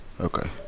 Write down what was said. Okay